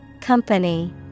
Company